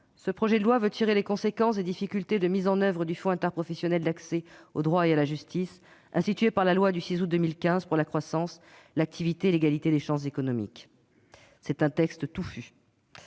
du projet de loi vise à tirer les conséquences des difficultés de mise en oeuvre du fonds interprofessionnel d'accès au droit et à la justice (FIADJ) institué par la loi du 6 août 2015 pour la croissance, l'activité et l'égalité des chances économiques, qui est un texte touffu.